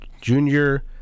junior